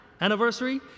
anniversary